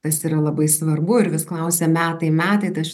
tas yra labai svarbu ir vis klausia metai metai tai aš